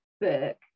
book